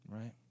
right